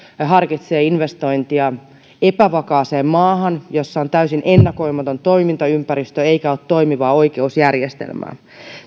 harkitsee investointia epävakaaseen maahan jossa on täysin ennakoimaton toimintaympäristö eikä ole toimivaa oikeusjärjestelmää